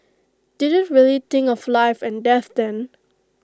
didn't really think of life and death then